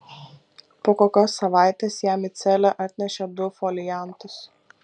po kokios savaitės jam į celę atnešė du foliantus